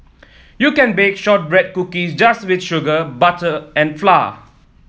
you can bake shortbread cookies just with sugar butter and flour